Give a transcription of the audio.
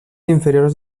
inferiors